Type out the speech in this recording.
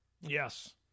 Yes